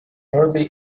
hardly